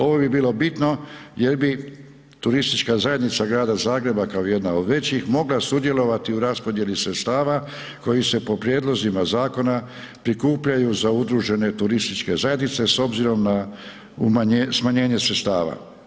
Ovo bi bilo bitno jer bi turistička zajednica Grada Zagreba kao jedna od većih mogla sudjelovati u raspodjeli sredstava koji se po prijedlozima zakona prikupljaju za udružene turističke zajednice s obzirom na smanjenje sredstava.